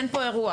אין פה אירוע,